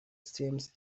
seemed